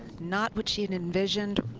not what she had envisioned.